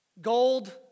gold